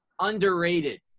underrated